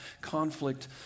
conflict